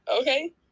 okay